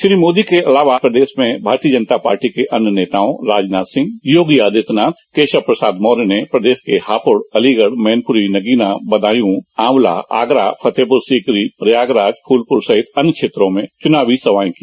श्री मोदी के अलावा प्रदेश में भारतीय जनता पार्टी के अन्य नेताओं राजनाथ सिंह योगी आदित्यनाथ कराव प्रसाद मौर्य ने प्रदेश के हापुड़ अलीगढ़ मैनपुरी नगीना आंवला बदायूं आगरा फतेहपुर सीकरी प्रयागराज फूलपुर सहित अन्य क्षेत्रो में चुनावी सभाएं की